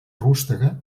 rústega